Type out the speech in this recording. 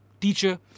teacher